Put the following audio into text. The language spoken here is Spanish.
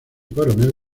coronel